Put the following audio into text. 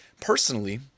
personally